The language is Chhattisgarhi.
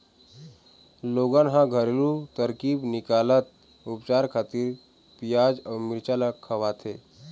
लोगन ह घरेलू तरकीब निकालत उपचार खातिर पियाज अउ मिरचा ल खवाथे